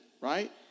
Right